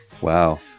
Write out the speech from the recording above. Wow